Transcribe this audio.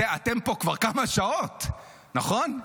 אתם פה כבר כמה שעות, נכון?